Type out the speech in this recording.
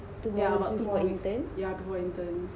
two more weeks before intern